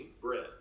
bread